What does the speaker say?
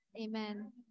Amen